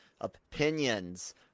opinions